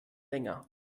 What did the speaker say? länger